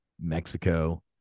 Mexico